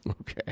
Okay